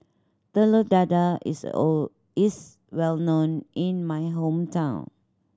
Telur Dadah is O is well known in my hometown